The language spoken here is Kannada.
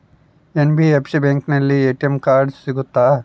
ಎನ್.ಬಿ.ಎಫ್.ಸಿ ಬ್ಯಾಂಕಿನಲ್ಲಿ ಎ.ಟಿ.ಎಂ ಕಾರ್ಡ್ ಸಿಗುತ್ತಾ?